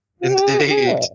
Indeed